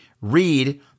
read